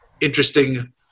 interesting